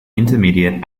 intermediate